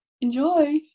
enjoy